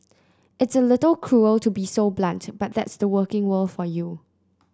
it's a little cruel to be so blunt but that's the working world for you